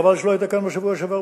חבל שלא היית כאן בדיון בשבוע שעבר.